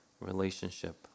relationship